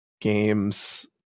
games